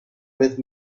with